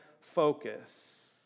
focus